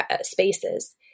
spaces